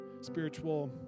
Spiritual